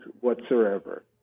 whatsoever